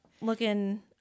Looking